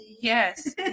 yes